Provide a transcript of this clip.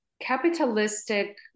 capitalistic